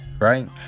right